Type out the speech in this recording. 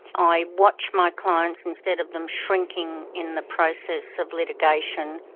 i watch my clients instead of them shrinking in the process of litigation,